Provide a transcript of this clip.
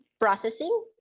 processing